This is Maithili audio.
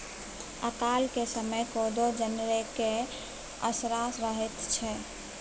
अकालक समय कोदो जनरेके असरा रहैत छै